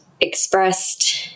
expressed